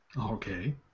Okay